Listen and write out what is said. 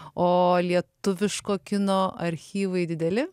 o lietuviško kino archyvai dideli